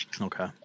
Okay